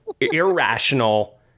irrational